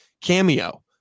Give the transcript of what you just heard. cameo